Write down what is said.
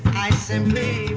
i think,